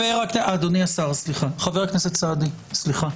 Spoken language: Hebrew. חבר הכנסת סעדי, סליחה.